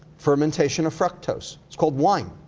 fermentation of fructose. it's called wine,